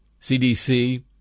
CDC